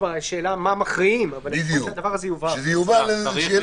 מה מכריעים, לפחות שהדבר הזה יובהר.